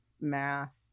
math